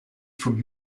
from